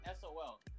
SOL